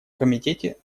комитете